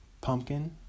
pumpkin